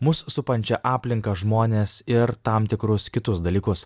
mus supančią aplinką žmones ir tam tikrus kitus dalykus